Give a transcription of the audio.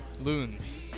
loons